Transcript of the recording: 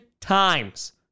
times